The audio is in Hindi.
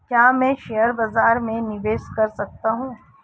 क्या मैं शेयर बाज़ार में निवेश कर सकता हूँ?